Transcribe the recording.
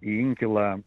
į inkilą